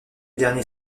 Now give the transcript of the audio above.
dernier